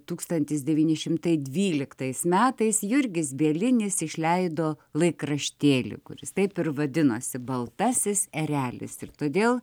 tūkstantis devyni šimtai dvyliktais metais jurgis bielinis išleido laikraštėlį kuris taip ir vadinosi baltasis erelis ir todėl